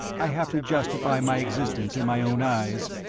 i have to justify my existence in my own eyes.